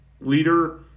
leader